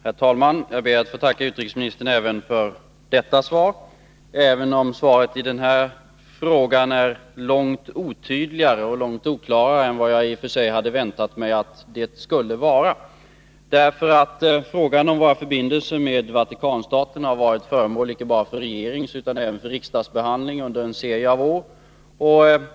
Herr talman! Jag ber att få tacka utrikesministern också för detta svar, även om svaret på den här frågan är långt otydligare och långt oklarare än vad jag i och för sig hade väntat mig att det skulle vara. Frågan om våra förbindelser med Vatikanstaten har varit föremål icke bara för regeringens utan också för riksdagens behandling under en serie av år.